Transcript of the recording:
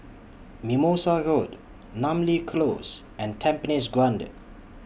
Mimosa Road Namly Close and Tampines Grande